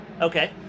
Okay